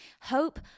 Hope